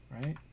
Right